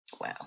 Wow